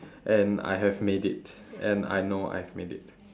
and I have made it and I know I've made it